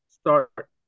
start